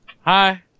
Hi